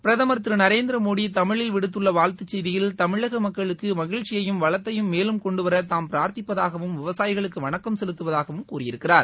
பிரதமர் திரு நரேந்திரமோடி தமிழில் விடுத்துள்ள வாழ்த்துச் செய்தியில் தமிழக மக்களுக்கு மகிழ்ச்சியையும் வளத்தையும் மேலும் கொண்டுவர தாம் பிரார்த்திப்பதாகவும் விவசாயிகளுக்கு வணக்கம் செலுத்துவதாகவும் கூறியிருக்கிறார்